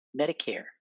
Medicare